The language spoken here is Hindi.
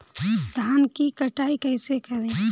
धान की कटाई कैसे करें?